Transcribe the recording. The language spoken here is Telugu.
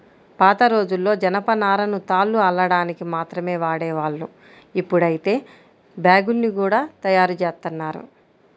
పాతరోజుల్లో జనపనారను తాళ్లు అల్లడానికి మాత్రమే వాడేవాళ్ళు, ఇప్పుడైతే బ్యాగ్గుల్ని గూడా తయ్యారుజేత్తన్నారు